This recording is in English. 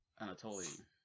Anatoly